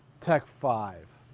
tek five.